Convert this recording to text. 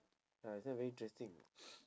ah this one very interesting